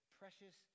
precious